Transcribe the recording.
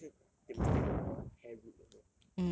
and make sure they must take out the hair root also